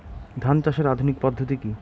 ধান চাষের আধুনিক পদ্ধতি কি?